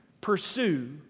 pursue